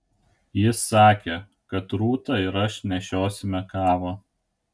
jis sakė kad rūta ir aš nešiosime kavą